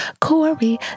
Corey